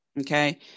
okay